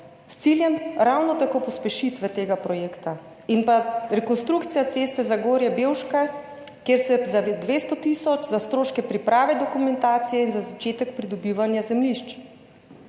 s ciljem ravno tako pospešitve tega projekta, in pa rekonstrukcija ceste Zagorje–Bevško, kjer je [namenjenih] 200 tisoč za stroške priprave dokumentacije in začetek pridobivanja zemljišč.